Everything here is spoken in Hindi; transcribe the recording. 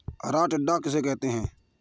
हरा टिड्डा किसे कहते हैं?